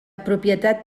propietat